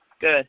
good